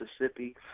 Mississippi